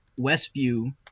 westview